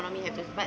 economy have to but